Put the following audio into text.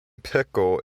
pickle